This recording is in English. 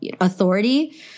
authority